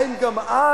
האם גם אז,